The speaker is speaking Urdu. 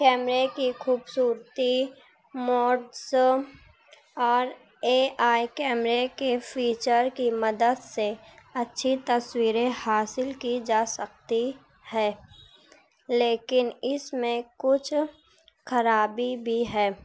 کیمرے کی خوبصورتی موڈس اور اے آئی کیمرے کے فیچر کی مدد سے اچھی تصویریں حاصل کی جا سکتی ہیں لیکن اس میں کچھ خرابی بھی ہے